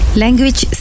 language